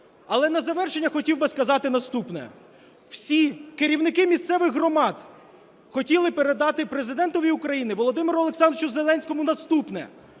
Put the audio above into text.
Але на завершення хотів би сказати наступне. Всі керівники місцевих громад хотіли передати Президентові України Володимиру Олександровичу Зеленському наступне